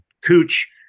cooch